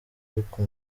ariko